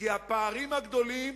כי הפערים הגדולים